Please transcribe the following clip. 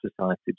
society